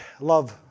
love